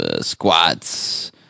squats